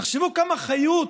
תחשבו כמה חיוּת,